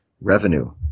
revenue